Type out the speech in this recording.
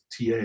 TA